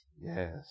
Yes